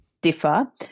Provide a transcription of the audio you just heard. differ